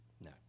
No